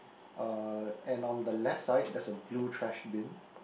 uh and on the left side there's a blue trash bin